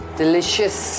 delicious